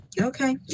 okay